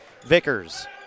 Vickers